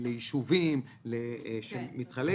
ליישובים וכולי,